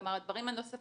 כלומר, הדברים הנוספים.